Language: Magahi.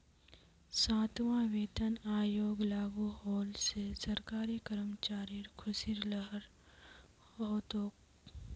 सातवां वेतन आयोग लागू होल से सरकारी कर्मचारिर ख़ुशीर लहर हो तोक